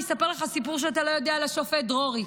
אני אספר לך סיפור שאתה לא יודע על השופט דרורי.